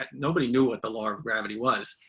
like nobody knew what the law of gravity was.